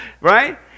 Right